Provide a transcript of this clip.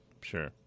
Sure